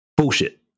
Bullshit